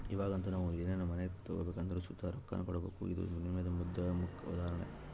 ಇವಾಗಂತೂ ನಾವು ಏನನ ತಗಬೇಕೆಂದರು ಸುತ ರೊಕ್ಕಾನ ಕೊಡಬಕು, ಇದು ವಿನಿಮಯದ ಮಾಧ್ಯಮುಕ್ಕ ಉದಾಹರಣೆ